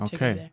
Okay